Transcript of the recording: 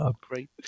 Great